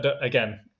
again